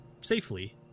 safely